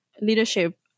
leadership